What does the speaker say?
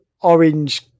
orange